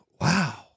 wow